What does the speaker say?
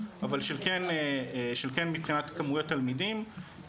אבל של כן מבחינת כמויות תלמידים,